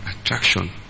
attraction